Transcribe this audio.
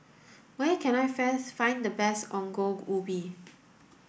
where can I find the best Ongol Ubi